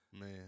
Man